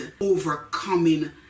overcoming